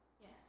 Yes